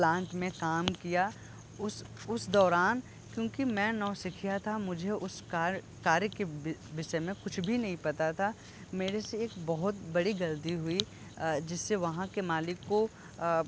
plant में काम किया उस उस दौरान क्योंकि मैं नौसिखिया था मुझे उस कार कार्य के विषय में कुछ भी नहीं पता था मेरे से एक बहुत बड़ी गलती हुई जिससे वहाँ के मालिक को